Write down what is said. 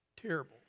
terrible